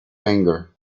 anger